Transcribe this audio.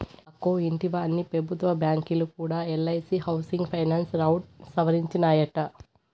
అక్కో ఇంటివా, అన్ని పెబుత్వ బాంకీలు కూడా ఎల్ఐసీ హౌసింగ్ ఫైనాన్స్ రౌట్ సవరించినాయట